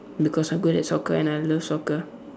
because I'm good at soccer and I love soccer